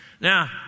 now